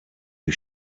you